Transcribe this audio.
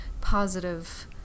positive